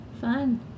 fun